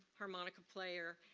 harmonica player.